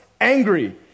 angry